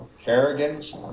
Kerrigan's